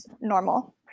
normal